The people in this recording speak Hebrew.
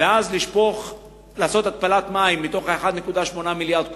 ואז לעשות התפלת מים, מתוך 1.8 מיליארד הקוב,